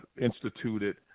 instituted